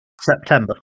September